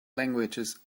languages